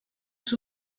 els